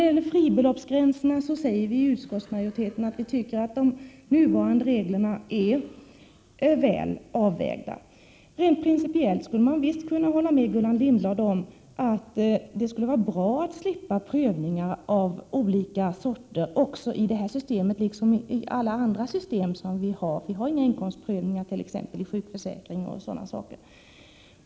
Beträffande fribeloppsgränserna tycker utskottsmajoriteten att de nuvarande reglerna är väl avvägda. Rent principiellt skulle man kunna hålla med Gullan Lindblad om att det skulle vara bra om man kunde slippa prövningar av olika slag även inom det här systemet, precis som i fråga om andra system. Det finns t.ex. ingen inkomstprövning i fråga om sjukförsäkring.